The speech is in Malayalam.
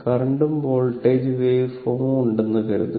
കറന്റും വോൾട്ടേജ് വേവ് ഫോമും ഉണ്ടെന്ന് കരുതുക